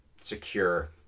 secure